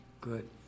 Good